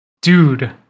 Dude